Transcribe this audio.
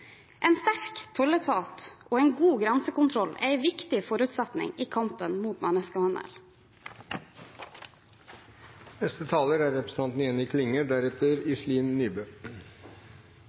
En sterk tolletat og en god grensekontroll er en viktig forutsetning i kampen mot